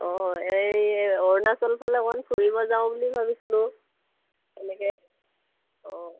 অঁ এই অৰুণাচলফালে অকণমান ফুৰিব যাওঁ বুলি ভাবিছিলোঁ তেনেকৈ অঁ